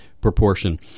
proportion